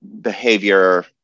behavior